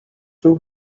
too